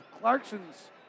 Clarkson's